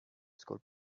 school